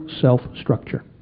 self-structure